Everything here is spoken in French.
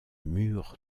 mur